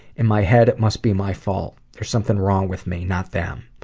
in my head, it must be my fault. there's something wrong with me, not them.